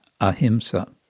ahimsa